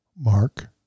Mark